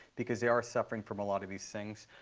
because they are suffering from a lot of these things.